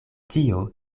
tio